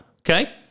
Okay